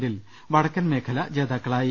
മെന്റിൽ വടക്കൻ മേഖല ജേതാക്കളായി